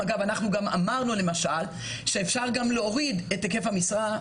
אגב, גם אמרנו למשל שאפשר להוריד את היקף המשרה.